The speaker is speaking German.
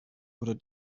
oder